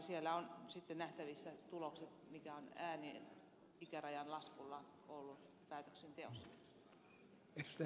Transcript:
siellä on sitten nähtävissä ääni ikärajan laskun tulokset päätöksenteossa